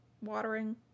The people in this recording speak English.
watering